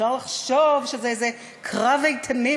אפשר לחשוב שזה איזה קרב איתנים